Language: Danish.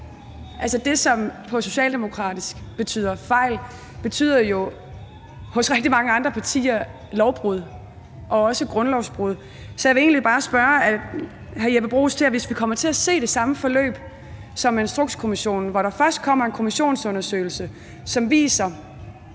Altså, det, som på socialdemokratisk betyder fejl, betyder jo hos rigtig mange andre partier lovbrud og også grundlovsbrud. Så jeg vil egentlig bare spørge hr. Jeppe Bruus om noget. Hvis vi kommer til at se det samme forløb som med Instrukskommissionen, hvor der først kommer en kommissionsundersøgelse, som viser,